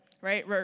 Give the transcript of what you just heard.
right